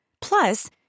Plus